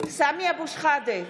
סמי אבו שחאדה,